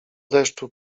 deszczu